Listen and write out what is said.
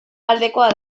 aldekoa